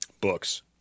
Books